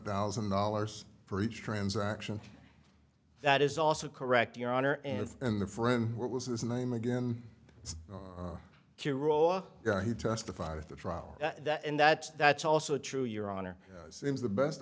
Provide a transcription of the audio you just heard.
mcdowell's and dollars for each transaction that is also correct your honor and and the friend what was his name again q rohloff he testified at the trial that and that's that's also true your honor seems the best